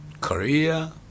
Korea